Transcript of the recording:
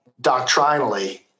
doctrinally